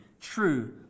true